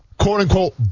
quote-unquote